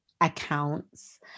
accounts